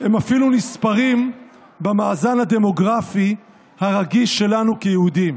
הם אפילו נספרים במאזן הדמוגרפי הרגיש שלנו כיהודים.